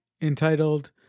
entitled